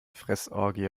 fressorgie